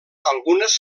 algunes